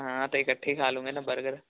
ਹਾਂ ਤੇ ਇਕੱਠੇ ਖਾ ਲੁਗੇ ਨਾ ਬਰਗਰ